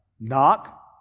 Knock